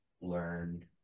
learn